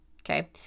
okay